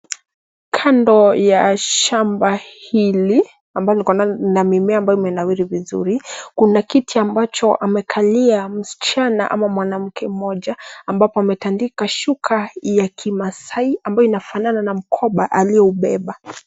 Kando ya shamba hili ambalo liko na mimea ambayo imenawiri vizuri. Kuna kiti ambacho amekalia msichana ama mwanamke mmoja ambapo ametandika shuka ya Kimaasai ambayo inafanana na mkoba aliyoubeba.